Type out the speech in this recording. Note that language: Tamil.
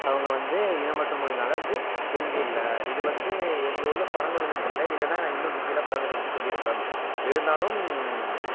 அவங்க வந்து இனம் மற்றும் மொழியினால் வந்து பிரிஞ்சு இல்லை இது வந்து எங்கள் ஊரில் பழங்குடியினர்கள் இல்லை இல்லைனா நான் இன்னும் டீட்டைல்லாக பழங்குடியினரை பற்றி சொல்லியிருப்பேன் இருந்தாலும்